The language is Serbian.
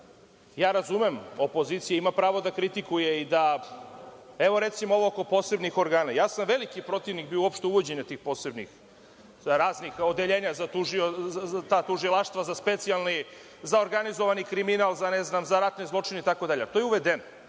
razumem opozicija ima pravo da kritikuje i recimo ovo oko posebnih organa, veliki sam protivnik uvođenja tih posebnih, raznih odeljenja za tužilaštva, za specijalni, za organizovani kriminal, za ratne zločine itd. To je uvedeno.